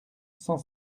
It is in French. cent